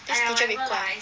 this teacher replied